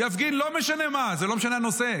יפגין לא משנה מה, לא משנה הנושא.